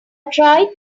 tried